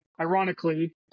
ironically